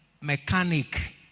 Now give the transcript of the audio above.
mechanic